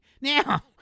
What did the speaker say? Now